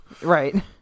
Right